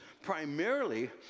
primarily